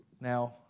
now